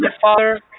father